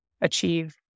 achieve